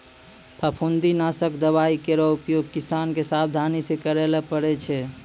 फफूंदी नासक दवाई केरो उपयोग किसान क सावधानी सँ करै ल पड़ै छै